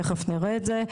תכף נראה את זה.